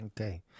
Okay